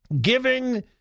giving